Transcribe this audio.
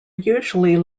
usually